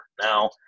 Now